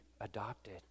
adopted